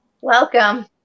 Welcome